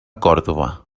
còrdova